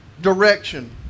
Direction